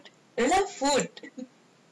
mm see food I love food